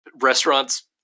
restaurants